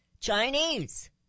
Chinese